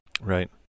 Right